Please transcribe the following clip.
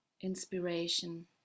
inspiration